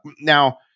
Now